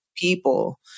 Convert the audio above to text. people